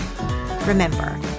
Remember